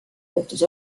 juhtus